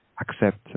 accept